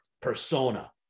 persona